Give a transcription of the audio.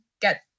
get